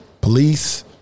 Police